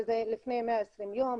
שזה לפני 120 יום,